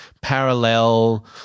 parallel